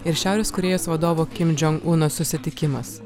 ir šiaurės korėjos vadovo kim džion uno susitikimas